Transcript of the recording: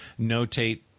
notate